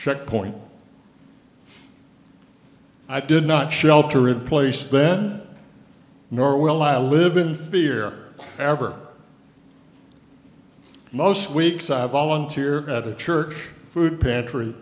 checkpoint i did not shelter in place then nor will i live in fear ever most weeks i volunteer at a church food pantry